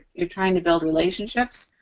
you're trying to build relationships.